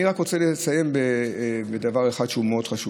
אני רוצה לציין דבר אחד מאוד חשוב,